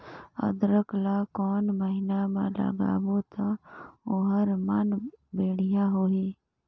अदरक ला कोन महीना मा लगाबो ता ओहार मान बेडिया होही?